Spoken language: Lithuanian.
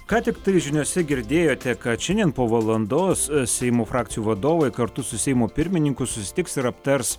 ką tiktai žiniose girdėjote kad šiandien po valandos seimo frakcijų vadovai kartu su seimo pirmininku susitiks ir aptars